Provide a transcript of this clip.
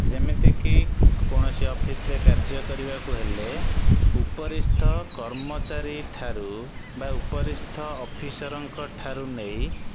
ଯେମିତିକି କୌଣସି ଅଫିସରେ କାର୍ଯ୍ୟ କରିବାକୁ ହେଲେ ଉପରିସ୍ତ କର୍ମଚାରୀଠାରୁ ବା ଉପରିସ୍ତ ଅଫିସରଙ୍କଠାରୁ ନେଇ